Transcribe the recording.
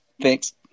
Thanks